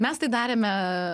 mes tai darėme